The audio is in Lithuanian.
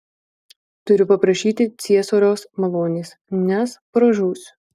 turiu paprašyti ciesoriaus malonės nes pražūsiu